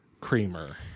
creamer